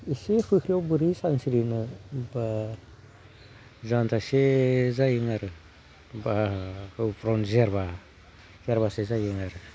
एसे फुख्रियाव बोरै सानस्रिनो बा जानजिसे जाहैगोन आरो बा गावनि जेरबा जेरबासे जाहैगोन आरो